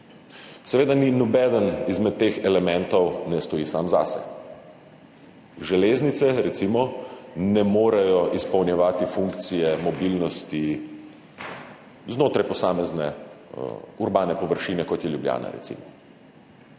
Seveda nobeden izmed teh elementov ne stoji sam zase. Železnice recimo ne morejo izpolnjevati funkcije mobilnosti znotraj posamezne urbane površine, kot je recimo